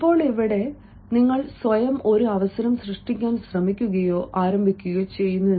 ഇപ്പോൾ ഇവിടെ നിങ്ങൾ സ്വയം ഒരു അവസരം സൃഷ്ടിക്കാൻ ശ്രമിക്കുകയോ ആരംഭിക്കുകയോ ചെയ്യുന്നു